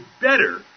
better